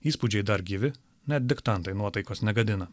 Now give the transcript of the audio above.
įspūdžiai dar gyvi net diktantai nuotaikos negadina